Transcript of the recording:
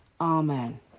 Amen